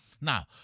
Now